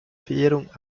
verehrung